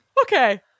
Okay